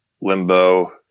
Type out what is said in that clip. Limbo